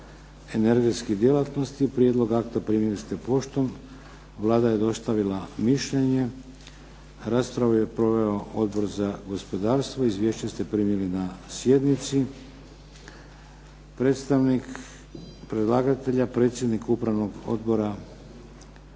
energetskih djelatnosti. Prijedlog akta primili ste poštom. Vlada je dostavila mišljenje. Raspravu je proveo Odbor za gospodarstvo. Izvješće ste primili na sjednici. Predstavnik predlagatelja predsjednik Upravnog odbora